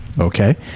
Okay